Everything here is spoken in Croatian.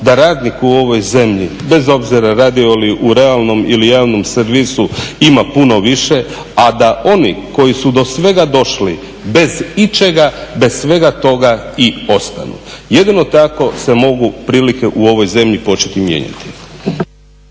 da ranik u ovoj zemlji bez obzira radio li u realnom ili javnom servisu ima puno više a da oni koji su do svega došli bez ičega, bez svega toga i ostanu. Jedino tako se mogu prilike u ovom zemlji početi mijenjati.